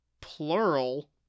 plural